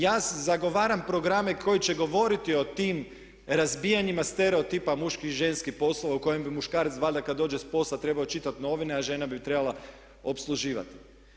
Ja zagovaram programe koji će govoriti o tim razbijanjima stereotipa muških i ženskih poslova u kojima bi muškarac valjda kad dođe s posla trebao čitati novine a žena bi trebala opsluživat.